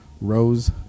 Rose